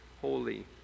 holy